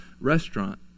restaurant